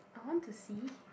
I want to see